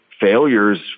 failures